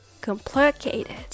complicated